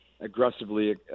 aggressively